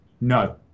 No